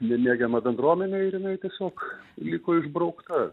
nemėgiama bendruomenė ir jinai tiesiog liko išbraukta